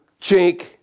chink